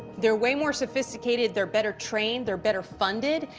they're way more sophisticated. they're better-trained. they're better-funded.